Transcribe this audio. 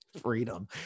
freedom